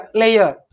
layer